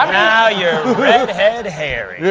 um now you're redhead harry.